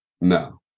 No